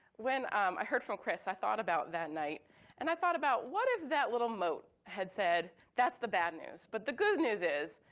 when i heard from chris, i thought about that night and i thought about what if that little mote had said, that's the bad news. but the good news is,